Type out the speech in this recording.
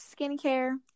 Skincare